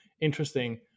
interesting